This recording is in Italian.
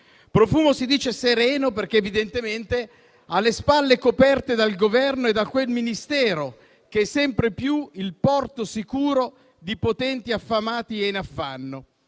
Profumo si dice sereno perché evidentemente ha le spalle coperte dal Governo e da quel Ministero che è sempre più il porto sicuro di potenti affamati e in affanno.